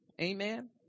Amen